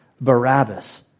Barabbas